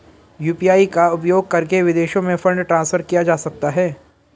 UPI का उपयोग करके विदेशों में फंड ट्रांसफर किया जा सकता है?